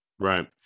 Right